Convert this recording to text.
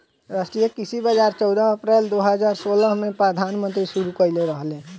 राष्ट्रीय कृषि बाजार चौदह अप्रैल दो हज़ार सोलह में प्रधानमंत्री शुरू कईले रहले